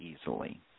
easily